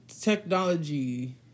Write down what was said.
technology